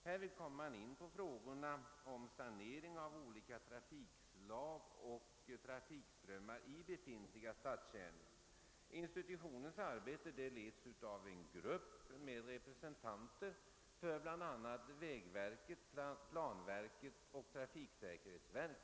Härvid kommer man in på frågor oms separering av olika slags trafik och. trafikströmmar i befintliga stadskärnor.. Institutionens arbete leds av en grupp: med representanter för bl.a. vägverket, planverket och trafiksäkerhetsverket.